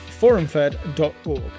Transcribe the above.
forumfed.org